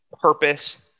purpose